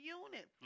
unit